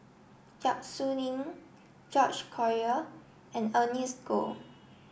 Yap Su Ning George Collyer and Ernest Goh